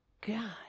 God